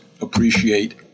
appreciate